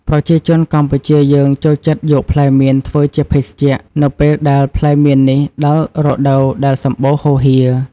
ប្រជាជនកម្ពុជាយើងចូលចិត្តយកផ្លែមៀនធ្វើជាភេសជ្ជៈ នៅពេលដែលផ្លែមៀននេះដល់រដូវដែលសម្បូរហូរហៀរ។